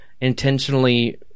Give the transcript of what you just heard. intentionally –